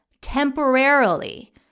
Temporarily